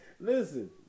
Listen